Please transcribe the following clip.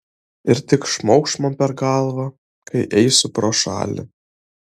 ir tik šmaukšt man per galvą kai eisiu pro šalį